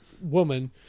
woman